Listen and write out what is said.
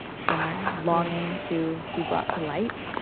somewhere, longing to be brought to light.